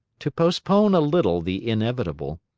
to postpone a little the inevitable,